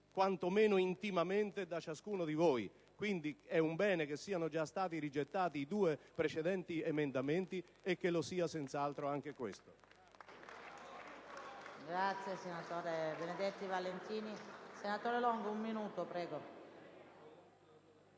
quanto meno intimamente, da ciascuno di voi. Quindi, è un bene che siano già stati rigettati i due precedenti emendamenti, e che lo sia senz'altro anche